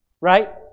right